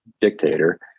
dictator